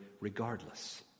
regardless